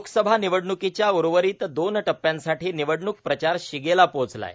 लोकसभा निवडण्कीच्या उर्वरित दोन टप्प्यांसाठी निवडणूक प्रचार शिगेला पोहोचला आहे